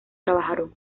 trabajaron